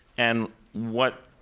and what,